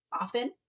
often